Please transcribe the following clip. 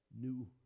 new